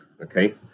okay